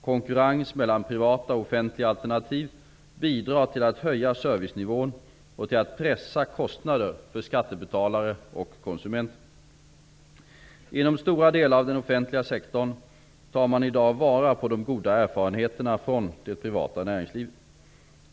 Konkurrens mellan privata och offentliga alternativ bidrar till att höja servicenivån och till att pressa kostnader för skattebetalare och konsumenter. Inom stora delar av den offentliga sektorn tar man i dag vara på de goda erfarenheterna från det privata näringslivet.